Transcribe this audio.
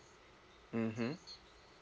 mmhmm